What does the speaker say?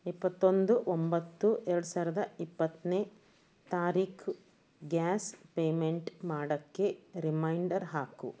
ಇಪ್ಪತ್ತೊಂದು ಒಂಬತ್ತು ಎರ್ಡು ಸಾವಿರದ ಇಪ್ಪತ್ತನೇ ತಾರೀಖು ಗ್ಯಾಸ್ ಪೇಮೆಂಟ್ ಮಾಡೋಕ್ಕೆ ರಿಮೈಂಡರ್ ಹಾಕು